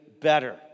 better